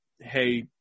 hey